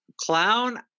Clown